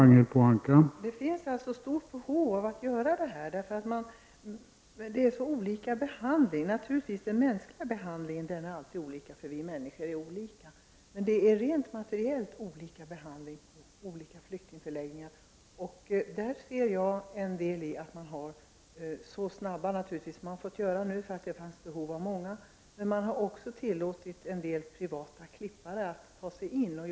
Herr talman! Det finns alltså stort behov av att göra så. Den mänskliga behandlingen är naturligtvis olika, eftersom vi människor är olika. Men rent materiellt är behandlingen olika vid olika flyktingförläggningar. Jag kan se att en del av anledningen är att många av förläggningarna har kommit till så snabbt, eftersom behoven har varit så stora. Men man har också tillåtit en del privata s.k. klippare på denna marknad.